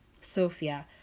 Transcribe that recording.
Sophia